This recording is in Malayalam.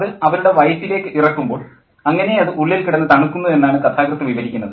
അത് അവരുടെ വയറ്റിലേക്ക് ഇറക്കുമ്പോൾ അങ്ങനേ അത് ഉള്ളിൽ കിടന്ന് തണുക്കുന്നു എന്നാണ് കഥാകൃത്ത് വിവരിക്കുന്നത്